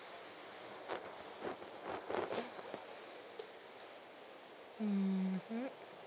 mmhmm